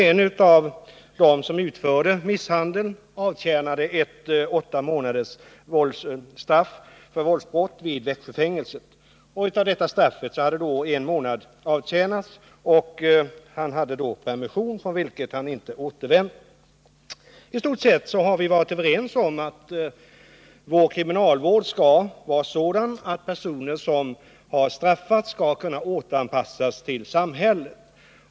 En av dem som utförde misshandeln avtjänade ett åtta månaders straff vid Växjöfängelset för våldsbrott. Av detta straff hade han avtjänat en månad och hade fått permission, från vilken han inte återvänt. I stort sett har vi varit överens om att vår kriminalvård skall vara sådan, att personer som straffas skall kunna återanpassas till samhället.